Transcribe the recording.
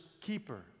keeper